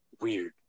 weird